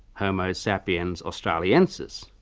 homo sapiens australiensis,